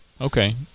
Okay